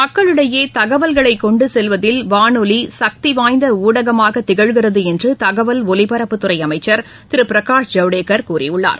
மக்களிடையே தகவல்களை கொண்டு செல்வதில் வானொலி சக்தி வாய்ந்த ஊடகமாகத் திகழ்கிறது என்று தகவல் ஒலிபரப்புத்துறை அமைச்சர் திரு பிரகாஷ் ஜவ்டேகர் கூறியுள்ளார்